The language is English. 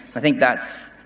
i think that's,